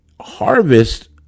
harvest